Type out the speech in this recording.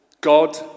God